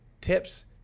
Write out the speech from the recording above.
tips